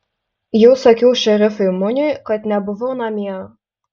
jau sakiau šerifui muniui kad nebuvau namie